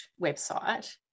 website